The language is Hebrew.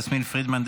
יסמין פרידמן,